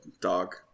dog